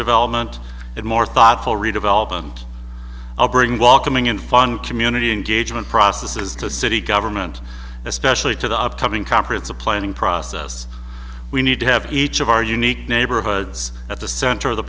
development and more thoughtful redevelopment i'll bring welcoming and fun community engagement processes to city government especially to the upcoming conference a planning process we need to have each of our unique neighborhoods at the center of the